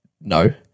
no